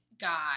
guy